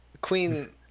queen